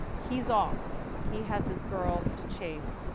he's off. he has his girls to chase,